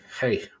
hey